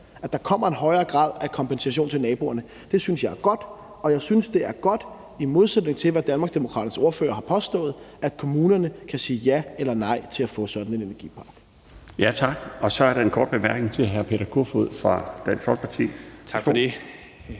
at der kommer en højere grad af kompensation til naboerne. Det synes jeg er godt, og jeg synes, det er godt – i modsætning til hvad Danmarksdemokraternes ordfører har påstået – at kommunerne kan sige ja eller nej til at få sådan en energipark. Kl. 20:30 Den fg. formand (Bjarne Laustsen): Tak. Så er der en kort bemærkning til hr. Peter Kofod fra Dansk Folkeparti. Værsgo. Kl.